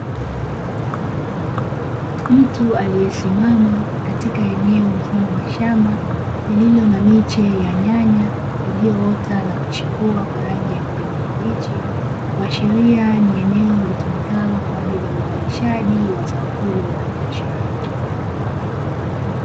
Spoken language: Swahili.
Mtu aliyesimama katika eneo mfano wa shamba, lililo na miche ya nyanya iliyoota na kuchipua kwa rangi ya kijani kibichi, kuashiria ni eneo litumikalo kwa ajili ya uzalishaji wa zao hilo la biashara.